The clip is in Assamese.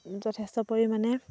যথেষ্ট পৰিমাণে